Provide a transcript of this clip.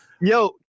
yo